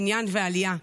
בניין ועלייה.